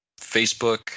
Facebook